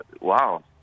wow